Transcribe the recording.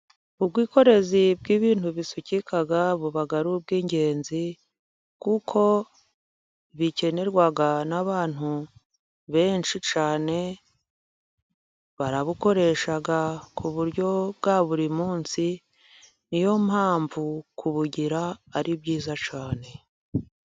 Ubwikorezi bw'ibintu bisukika buba ari ubw'ingenzi，kuko bikenerwa n'abantu benshi cyane， barabukoresha， ku buryo bwa buri munsi. Niyo mpamvu kubugira ari byiza cyane.